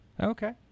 Okay